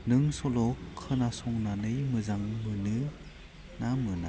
नों सल' खोनासंनानै मोजां मोनोना मोना